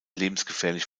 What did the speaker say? lebensgefährlich